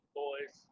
boys